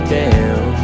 down